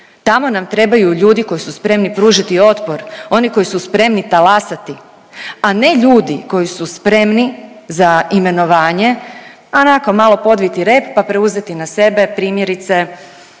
Tamo nam trebaju ljudi koji su spremni pružiti otpor. Oni koji su spremni talasati, a ne ljudi koji su spremni za imenovanje, onako malo podviti rep pa preuzeti na sebe primjerice